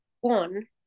one